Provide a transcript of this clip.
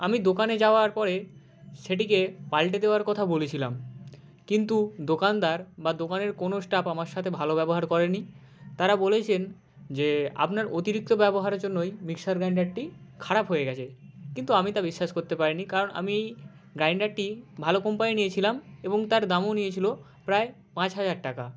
আমি দোকানে যাওয়ার পরে সেটিকে পালটে দেওয়ার কথা বলেছিলাম কিন্তু দোকানদার বা দোকানের কোনো স্টাফ আমার সাথে ভালো ব্যবহার করে নি তারা বলেছেন যে আপনার অতিরিক্ত ব্যবহারের জন্যই মিক্সার গ্রাইন্ডারটি খারাপ হয়ে গেছে কিন্তু আমি তা বিশ্বাস করতে পারিনি কারণ আমি গ্রাইন্ডারটি ভালো কোম্পানির নিয়েছিলাম এবং তার দামও নিয়েছিলো প্রায় পাঁচ হাজার টাকা